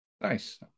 nice